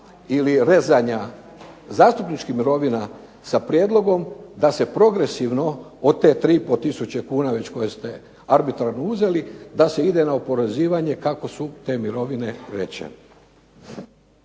ili rezanja zastupničkih mirovina sa prijedlogom da se progresivno od te 3,5 tisuće kuna koje ste arbitražno uzeli, da se ide na oporezivanje kako su te mirovine veće.